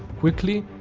quickly,